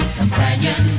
companion